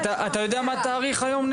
זה לא באחריות משרד